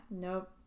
Nope